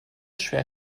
schwer